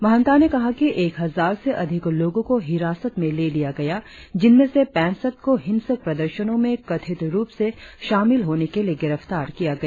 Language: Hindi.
महंता ने कहा कि एक हजार से अधिक लोगों को हिरासत में ले लिया गया जिनमें से पैंसठ को हिंसक प्रदर्शनों में कथित रुप से शामिल होने के लिए गिरफ्तार किया गया